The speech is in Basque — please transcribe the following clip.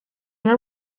nork